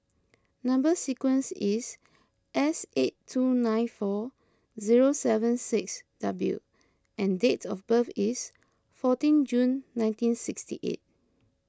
Number Sequence is S eight two nine four zero seven six W and date of birth is fourteen June nineteen sixty eight